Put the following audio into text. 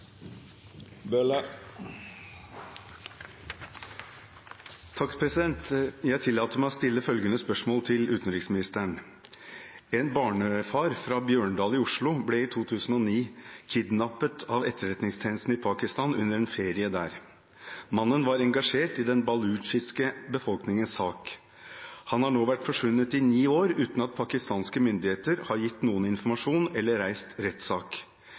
Bjørndal i Oslo ble i 2009 kidnappet av etterretningstjenesten i Pakistan under en ferie der. Mannen var engasjert i den baluchiske befolkningens sak. Han har nå vært forsvunnet i ni år uten at pakistanske myndigheter har gitt noen informasjon eller reist rettssak.